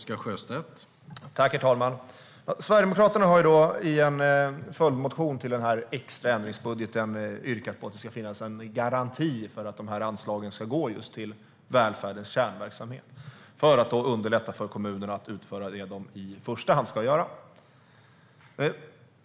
Herr talman! Sverigedemokraterna har i en följdmotion till den extra ändringsbudgeten yrkat på att det ska finnas en garanti för att dessa anslag ska gå just till välfärdens kärnverksamhet, för att underlätta för kommunerna att utföra det de i första hand ska göra.